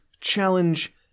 challenge